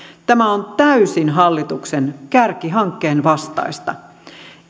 tämä on täysin hallituksen kärkihankkeen vastaista